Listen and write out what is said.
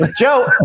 Joe